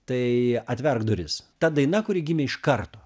tai atverk duris ta daina kuri gimė iš karto